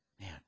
Man